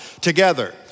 Together